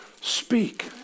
speak